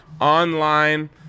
online